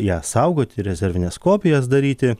ją saugoti rezervines kopijas daryti